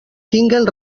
tinguen